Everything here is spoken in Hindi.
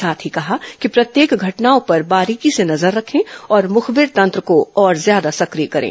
साथ ही कहा कि प्रत्येक घटनाओं पर बारीकी से नजर रखे और मुखबिर तंत्र को और ज्यादा सक्रिय करें